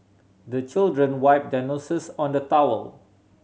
the children wipe their noses on the towel